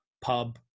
pub